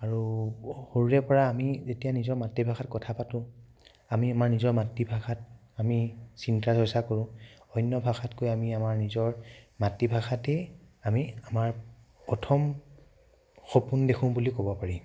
আৰু সৰুৰে পৰা আমি যেতিয়া নিজৰ মাতৃভাষাত কথা পাতোঁ আমি আমাৰ নিজৰ মাতৃভাষাত আমি চিন্তা চৰ্চা কৰোঁ অন্য ভাষাতকৈ আমি আমাৰ নিজৰ মাতৃভাষাতেই আমি আমাৰ প্ৰথম সপোন দেখোঁ বুলি ক'ব পাৰি